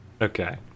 Okay